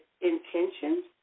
intentions